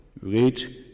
Read